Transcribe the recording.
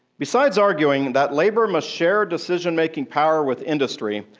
besides arguing that labor must share decision-making power with industry,